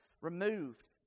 removed